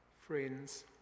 Friends